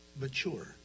mature